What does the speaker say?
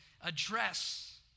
address